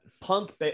punk